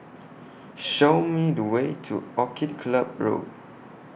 Show Me The Way to Orchid Club Road